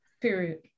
Period